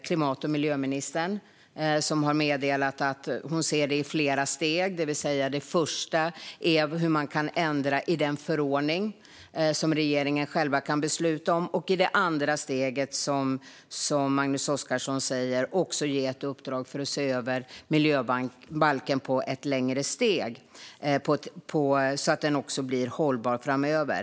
Klimat och miljöministern har meddelat att hon ser detta i flera steg. Det första steget handlar om hur man kan ändra i den förordning som regeringen själv kan besluta om för att i det andra steget, som Magnus Oscarsson sa, ge ett uppdrag att se över miljöbalken på längre sikt, så att den också blir hållbar framöver.